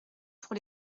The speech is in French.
pour